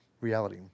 reality